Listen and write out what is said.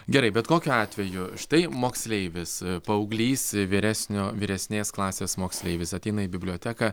gerai bet kokiu atveju štai moksleivis paauglys vyresnio vyresnės klasės moksleivis ateina į biblioteką